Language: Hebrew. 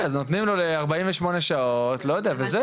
אוקי, אז נותנים לו ל-48 שעות, לא יודע וזהו.